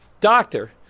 Doctor